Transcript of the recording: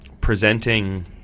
presenting